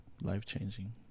life-changing